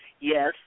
Yes